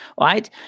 right